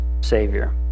Savior